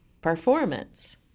performance